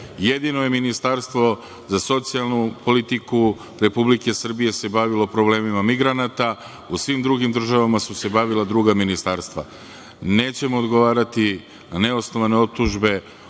Jedino se Ministarstvo za socijalnu politiku Republike Srbije bavilo problemima migranata, u svim drugim državama su se bavila druga ministarstva. Nećemo odgovarati na neosnovane optužbe